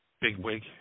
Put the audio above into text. bigwig